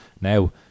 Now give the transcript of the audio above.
now